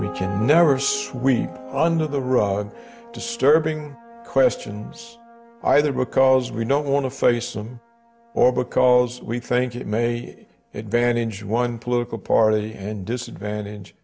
happened never sweep under the rug disturbing questions either because we don't want to face them or because we think it may advantage one political party and disadvantage